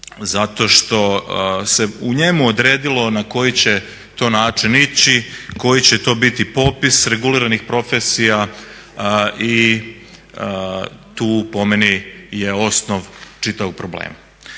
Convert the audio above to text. zato što se u njemu odredilo na koji će to način ići, koji će to biti popis reguliranih profesija i tu po meni je osnov čitavog problema.